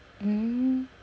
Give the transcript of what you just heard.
mm